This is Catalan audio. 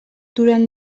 durant